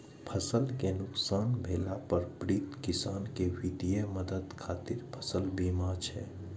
फसल कें नुकसान भेला पर पीड़ित किसान कें वित्तीय मदद खातिर फसल बीमा छै